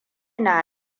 na